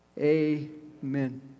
Amen